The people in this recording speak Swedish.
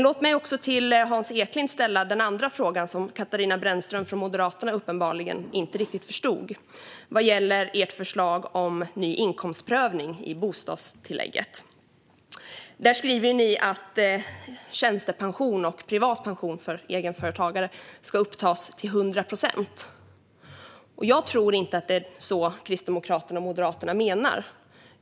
Låt mig då till Hans Eklind ställa den fråga som Katarina Brännström från Moderaterna uppenbarligen inte riktigt förstod och som gäller ert förslag om ny inkomstprövning i bostadstillägget. Ni skriver att tjänstepension och privat pension för egenföretagare ska upptas till 100 procent. Jag tror inte att det är det som Kristdemokraterna och Moderaterna menar.